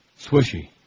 swishy